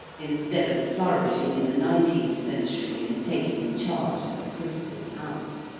instead of flourishing in the nineteenth century, and taking charge of a christian house.